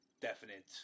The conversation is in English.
definite –